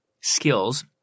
skills